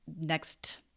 next